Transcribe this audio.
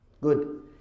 Good